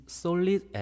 solid